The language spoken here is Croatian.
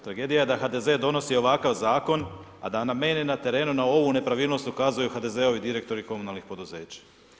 Tragedija je da HDZ donosi ovakav zakon a da meni na terenu na ovu nepravilnost ukazuju HDZ-ovi direktori komunalnih poduzeća.